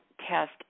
test